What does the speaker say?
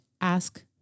ask